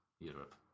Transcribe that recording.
Europe